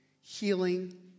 healing